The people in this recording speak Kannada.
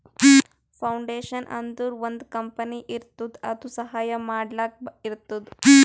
ಫೌಂಡೇಶನ್ ಅಂದುರ್ ಒಂದ್ ಕಂಪನಿ ಇರ್ತುದ್ ಅದು ಸಹಾಯ ಮಾಡ್ಲಕ್ ಇರ್ತುದ್